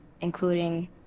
including